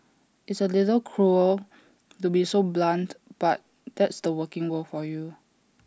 it's A little cruel to be so blunt but that's the working world for you